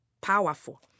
Powerful